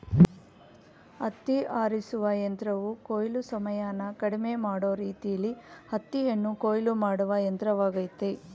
ಹತ್ತಿ ಆರಿಸುವ ಯಂತ್ರವು ಕೊಯ್ಲು ಸಮಯನ ಕಡಿಮೆ ಮಾಡೋ ರೀತಿಲೀ ಹತ್ತಿಯನ್ನು ಕೊಯ್ಲು ಮಾಡುವ ಯಂತ್ರವಾಗಯ್ತೆ